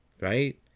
Right